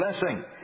blessing